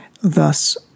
thus